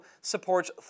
supports